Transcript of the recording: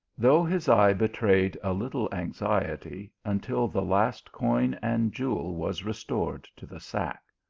though his eye betrayed a little anxiety until the last coin and jewel was restored to the sack.